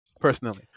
personally